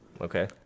Okay